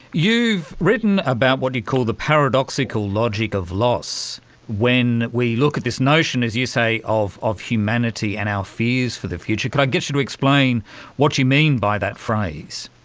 you've written about what you call the paradoxical logic of loss when we look at this notion, as you say, of of humanity and our fears for the future. could i get it to explain what you mean by that phrase?